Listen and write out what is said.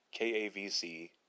KAVC